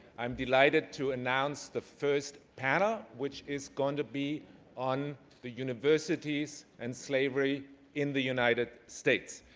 i'm delighted to announce the first panel, which is going to be on the universities and slavery in the united states.